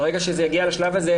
ברגע שזה יגיע לשלב הזה,